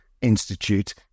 Institute